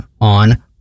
on